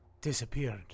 disappeared